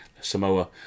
Samoa